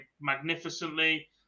magnificently